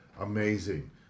amazing